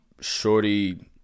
Shorty